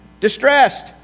distressed